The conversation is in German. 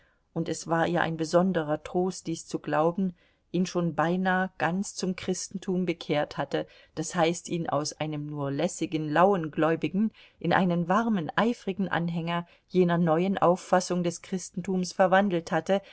und es war ihr ein besonderer trost dies zu glauben ihn schon beinah ganz zum christentum bekehrt hatte das heißt ihn aus einem nur lässigen lauen gläubigen in einen warmen eifrigen anhänger jener neuen auffassung des christentums verwandelt hatte